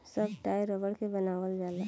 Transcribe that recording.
सब टायर रबड़ के बनावल जाला